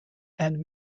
and